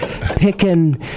picking